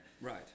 Right